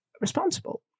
responsible